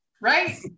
right